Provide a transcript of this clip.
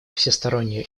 всестороннюю